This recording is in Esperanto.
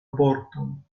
vorton